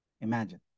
Imagine